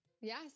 Yes